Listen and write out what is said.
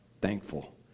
thankful